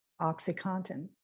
OxyContin